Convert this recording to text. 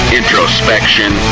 introspection